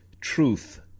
truth